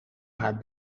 haar